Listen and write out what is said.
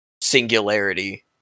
singularity